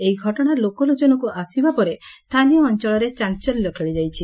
ଏହି ଘଟଶା ଲୋକଲୋଚନକୁ ଆସିବା ପରେ ସ୍ଚାନୀୟ ଅଞ୍ଞଳରେ ଚାଞ୍ଚଲ୍ୟ ଖେଳି ଯାଇଛି